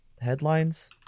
Headlines